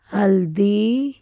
ਹਲਦੀ